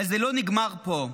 אבל זה לא נגמר פה,